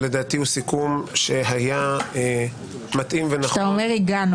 שלדעתי הוא סיכום שהיה מתאים ונכון --- כשאתה אומר "הגענו",